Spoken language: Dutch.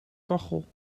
kachel